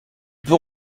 peut